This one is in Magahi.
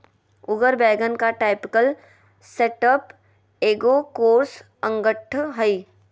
उगर वैगन का टायपकल सेटअप एगो कोर्स अंगठ हइ